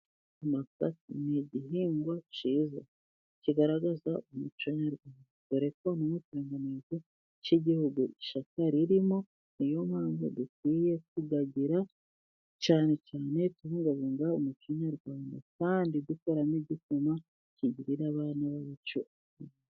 Amasaka ni igihingwa cyiza kigaragaza umuco nyarwanda. Dore ko no mukirangantego cy'Igihugu ishaka ririmo. Ni yo mpamvu dukwiye kuyagira cyane cyane tubungabunga umuco nyarwanda, kandi dukuramo igikoma kigirira abana bacu akamaro.